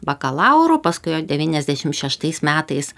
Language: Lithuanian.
bakalauro paskui jau devyniasdešim šeštais metais